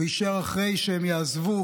ויישאר אחרי שהם יעזבו.